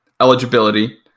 eligibility